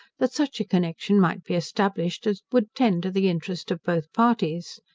that such a connection might be established as would tend to the interest of both parties.